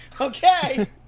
Okay